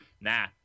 nah